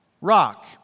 rock